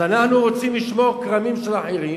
אנחנו רוצים לשמור כרמים של אחרים